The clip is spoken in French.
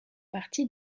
partie